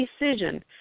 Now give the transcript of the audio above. decision